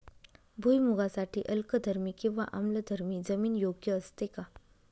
भुईमूगासाठी अल्कधर्मी किंवा आम्लधर्मी जमीन योग्य असते का?